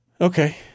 Okay